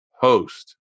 host